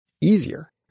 easier